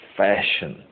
fashion